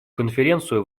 конференцию